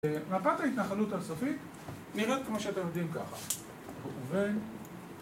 מפת ההתנחלות הסופית נראית כמו שאתם יודעים ככה